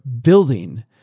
building